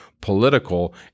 political